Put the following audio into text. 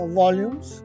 volumes